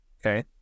Okay